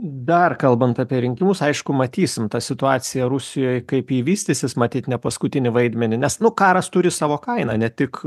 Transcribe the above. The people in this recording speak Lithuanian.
dar kalbant apie rinkimus aišku matysim tą situaciją rusijoj kaip ji vystysis matyt ne paskutinį vaidmenį nes nu karas turi savo kainą ne tik